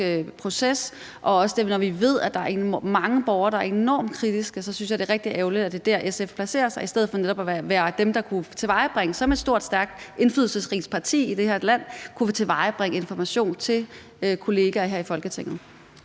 proces, og også når vi ved, at der er mange borgere, der er enormt kritiske, synes jeg, det er rigtig ærgerligt, at det er der, SF placerer sig i stedet for netop at være dem, der som et stort og stærkt indflydelsesrigt parti i det her land kunne tilvejebringe information til kollegaer her i Folketinget.